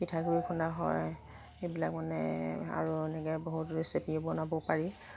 পিঠাগুড়ি খুন্দা হয় সেইবিলাক মানে আৰু এনেকৈ বহুত ৰেচিপিও বনাব পাৰি